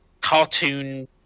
cartoon